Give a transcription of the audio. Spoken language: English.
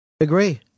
agree